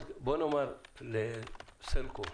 לסלקום